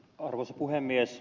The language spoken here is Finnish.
arvoisa puhemies